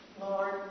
Lord